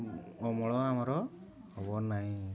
ଅମଳ ଆମର ହେବ ନାହିଁ